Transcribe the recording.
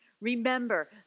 Remember